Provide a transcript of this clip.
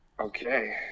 Okay